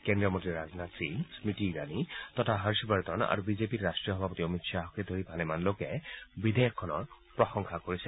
কেজ্ৰীয় মন্তী ৰাজনাথ সিং স্মৃতি ইৰাণী তথা হৰ্ষবৰ্ধন আৰু বিজেপিৰ ৰাট্টীয় সভাপতি অমিত শ্বাহকে ধৰি ভালেমান লোকে বিধেয়কখনৰ প্ৰশংসা কৰিছে